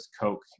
Coke